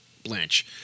Blanche